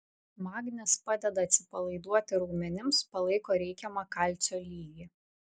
magnis padeda atsipalaiduoti raumenims palaiko reikiamą kalcio lygį